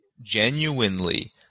genuinely